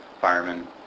Firemen